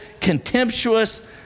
contemptuous